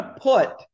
put